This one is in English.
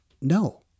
no